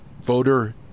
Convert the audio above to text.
voter